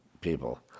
people